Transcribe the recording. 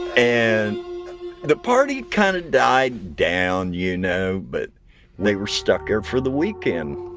and the party kind of died down, you know? but they were stuck there for the weekend.